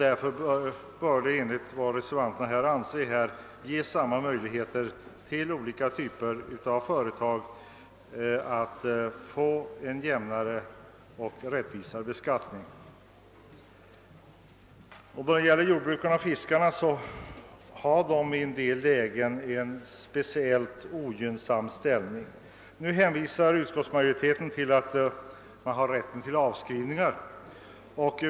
Därför anser reservanterna att olika typer av företag bör ges samma möjligheter att få en jämnare och rättvisare beskattning. Jordbrukare och fiskare har i en del lägen en speciellt ogynnsam ställning. Utskottsmajoriteten hänvisar till rätten att göra avskrivningar.